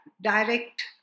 direct